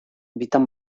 bitan